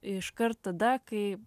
iškart tada kai